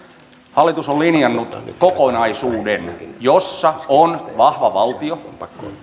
hallitus on linjannut kokonaisuuden jossa on vahva valtio